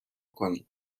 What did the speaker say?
کنید